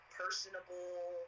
personable